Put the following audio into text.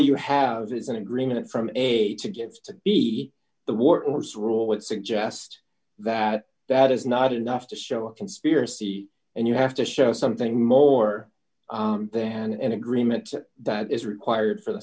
you have is an agreement from a to give to be the war it was rule would suggest that that is not enough to show a conspiracy and you have to show something more than an agreement that is required for the